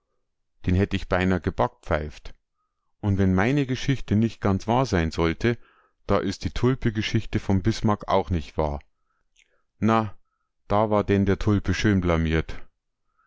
den hätt ich beinah gebackpfeift und wenn meine geschichte nich ganz wahr sein sollte da is die tulpe geschichte vom bismarck auch nich wahr na da war denn der tulpe schön blamiert